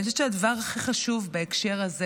אני חושבת שהדבר הכי חשוב בהקשר הזה